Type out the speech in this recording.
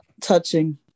touching